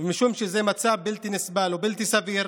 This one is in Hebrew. ומשום שזה מצב בלתי נסבל ובלתי סביר,